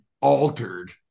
altered